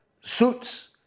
suits